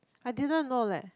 I did not know leh